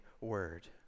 word